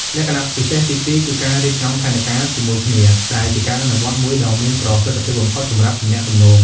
លក្ខណៈពិសេសទីពីរគឺការរៀបចំផែនការជាមួយគ្នា ដែលជាការអនុវត្តមួយដ៏មានប្រសិទ្ធភាពបំផុតសម្រាប់ទំនាក់ទំនង។